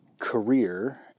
career